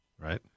right